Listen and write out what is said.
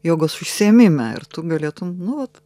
jogos užsiėmime ir tu galėtum nu vat